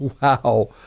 Wow